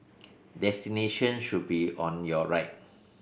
destination should be on your right